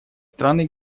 страны